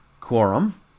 quorum